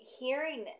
hearing